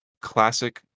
classic